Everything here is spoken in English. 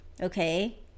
okay